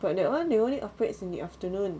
but that [one] they only operates in the afternoon